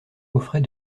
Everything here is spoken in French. offrait